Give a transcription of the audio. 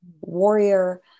warrior